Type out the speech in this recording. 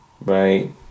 right